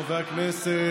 חברי הכנסת,